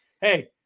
Hey